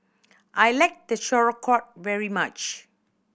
I like very much